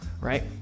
right